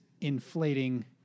inflating